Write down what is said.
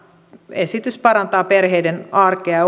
esitys parantaa perheiden arkea